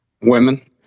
Women